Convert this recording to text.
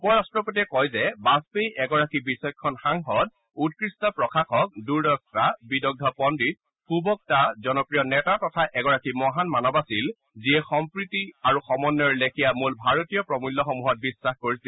উপ ৰাষ্ট্ৰপতিয়ে কয় যে বাজপেয়ী এগৰাকী বিচক্ষণ সাংসদ উৎকৃষ্ট প্ৰশাসক দূৰদ্ৰ্টা বিদগ্ধ পণ্ডিত সুবক্তা জনপ্ৰিয় নেতা তথা এগৰাকী মহান মানৱ আছিল যিয়ে সম্প্ৰীতি আৰু সমন্বয়ৰ লেখিয়া মূল ভাৰতীয় প্ৰমূল্যসমূহত বিশ্বাস কৰিছিল